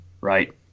right